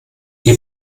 ihr